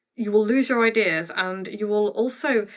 you will lose your ideas and you will also,